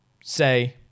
Say